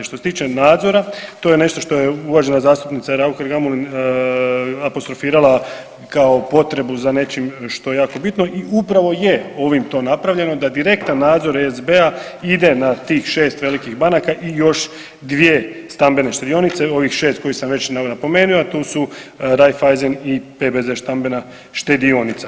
Što se tiče nadzora, to je nešto što je uvažena zastupnica Raukar Gamulin apostrofirala kao potrebu za nečim što je jako bitno i upravo je ovim to napravljeno, da direktan nadzor ESB-a ide na tih 6 velikih banaka i još 2 stambene štedionice, ovih 6 koje sam već napomenuo, a tu su Raiffeisen i PBZ stambena štedionica.